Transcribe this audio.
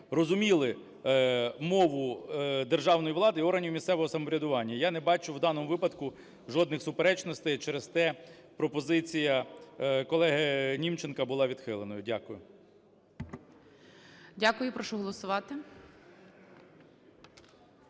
розуміли мову державної влади і органів місцевого самоврядування. Я не бачу в даному випадку жодних суперечностей. Через те пропозиція колеги Німченка була відхилена. Дякую.